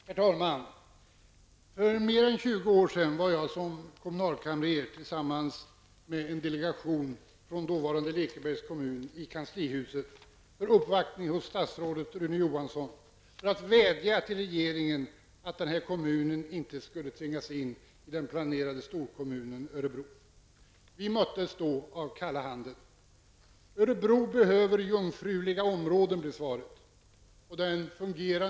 Herr talman! För mer än 20 år sedan var jag som kommunalkamrer tillsammans med en delegation från dåvarande Lekebergs kommun i kanslihuset för uppvaktning hos statsrådet Rune Johansson. Vi vädjade till regeringen att kommunen inte skulle tvingas in i den planerade storkommunen Örebro. Vi möttes då av kalla handen. Örebro behöver jungfruliga områden, blev svaret.